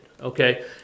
Okay